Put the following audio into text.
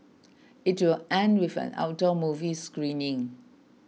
it will end with an outdoor movie screening